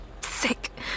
sick